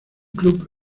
club